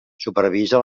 supervisa